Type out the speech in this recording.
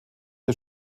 der